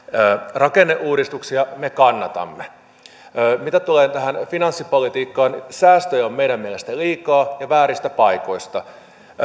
rakenneuudistuksia me kannatamme mitä tulee tähän finanssipolitiikkaan säästöjä on meidän mielestämme liikaa ja vääristä paikoista